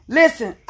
listen